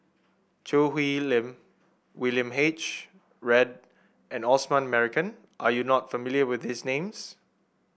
Choo Hwee Lim William H Read and Osman Merican are you not familiar with these names